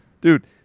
Dude